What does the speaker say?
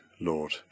Lord